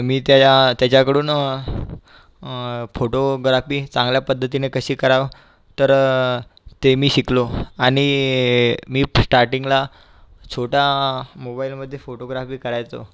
मी त्याला त्याच्याकडून फोटोग्राफी चांगल्या पद्धतीने कशी करावं तर ते मी शिकलो आणि मी स्टारटिंगला छोटा मोबाईलमध्ये फोटोग्राफी करायचो